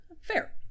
fair